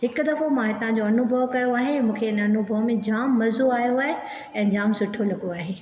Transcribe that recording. हिकु दफो मां हितां जो अनुभउ कयो आहे मूंखे हिन अनुभउ में जाम मज़ो आयो आहे ऐं जाम सुठो लॻो आहे